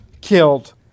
killed